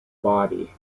body